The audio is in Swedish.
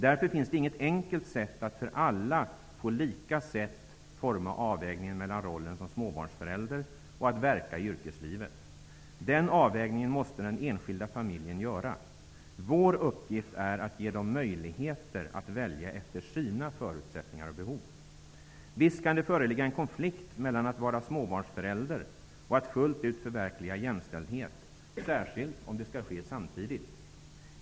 Därför finns det inget enkelt sätt att för alla på lika sätt forma avvägningen mellan rollen som småbarnsförälder och att verka i yrkeslivet. Den avvägningen måste den enskilda familjen göra. Vår uppgift är att ge dem möjligheter att välja efter sina förutsättningar och behov. Visst kan det föreligga en konflikt mellan att vara småbarnsförälder och att fullt ut förverkliga jämställdhet, särskilt om det skall ske samtidigt.